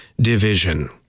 division